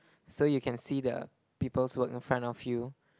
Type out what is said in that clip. so you can see the people's work in front of you